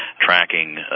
tracking